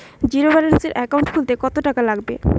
জিরোব্যেলেন্সের একাউন্ট খুলতে কত টাকা লাগবে?